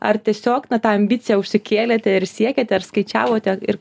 ar tiesiog tą ambiciją užsikėlėte ir siekėte ar skaičiavote ir